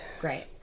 Great